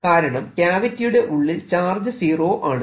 കാരണം ക്യാവിറ്റിയുടെ ഉള്ളിൽ ചാർജ് സീറോ ആണ്